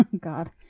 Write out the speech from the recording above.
God